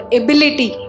ability